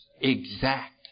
Exact